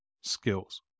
skills